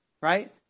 right